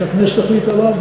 שהכנסת החליטה לבד,